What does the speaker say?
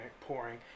pouring